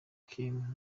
kim